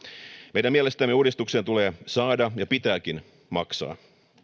meidän mielestämme uudistuksen tulee saada ja pitääkin maksaa